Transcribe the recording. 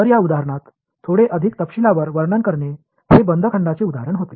तर या उदाहरणात थोडे अधिक तपशीलवार वर्णन करणे हे बंद खंडाचे उदाहरण होते